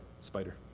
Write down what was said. spider